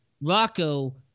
Rocco